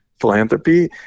philanthropy